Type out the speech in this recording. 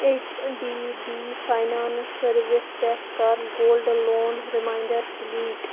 H D B finance services پٮ۪ٹھ کَر gold loan reminder delete